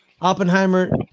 Oppenheimer